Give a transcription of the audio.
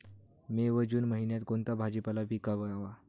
मे व जून महिन्यात कोणता भाजीपाला पिकवावा?